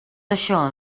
això